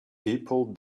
people